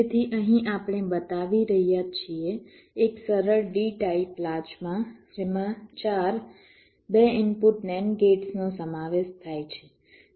તેથી અહીં આપણે બતાવી રહ્યા છીએ એક સરળ D ટાઇપ લાચમાં જેમાં 4 બે ઇનપુટ NAND ગેટ્સનો સમાવેશ થાય છે